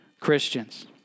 Christians